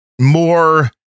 more